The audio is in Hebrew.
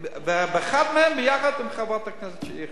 ואחד מהם ביחד עם חברת הכנסת שלי יחימוביץ,